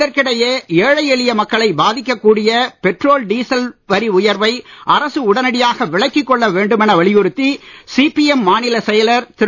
இதற்கிடையே ஏழை எளிய மக்களைப் பாதிக்கக் கூடிய பெட்ரோல் டீசல் வரி உயர்வை அரசு உடனடியாக விலக்கிக் கொள்ள வேண்டுமென வலியுறுத்தி சிபிஎம் மாநிலச் செயலர் திரு